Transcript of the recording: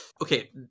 Okay